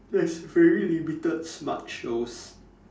there's very limited smart shows